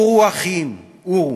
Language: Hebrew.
עורו אחים, עורו.